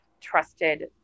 trusted